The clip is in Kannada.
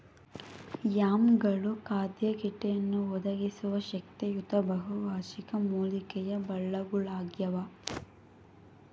ಯಾಮ್ಗಳು ಖಾದ್ಯ ಗೆಡ್ಡೆಯನ್ನು ಒದಗಿಸುವ ಶಕ್ತಿಯುತ ಬಹುವಾರ್ಷಿಕ ಮೂಲಿಕೆಯ ಬಳ್ಳಗುಳಾಗ್ಯವ